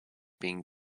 being